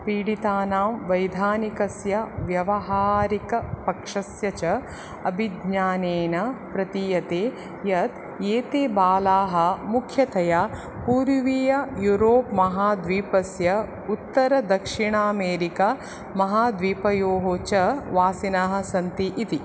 पीडितानां वैधानिकस्य व्यावहारिकपक्षस्य च अभिज्ञानेन प्रतीयते यत् एते बालाः मुख्यतया पूर्वीययूरोपमहाद्वीपस्य उत्तरदक्षिणामेरिकामहाद्वीपयोः च वासिनः सन्ति इति